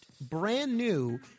brand-new